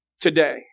today